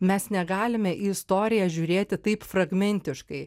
mes negalime į istoriją žiūrėti taip fragmentiškai